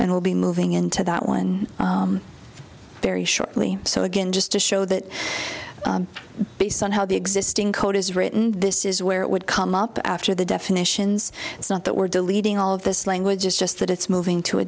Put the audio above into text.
and will be moving into that one very shortly so again just to show that based on how the existing code is written this is where it would come up after the definitions it's not that we're deleting all of this language it's just that it's moving to a